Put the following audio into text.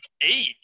eight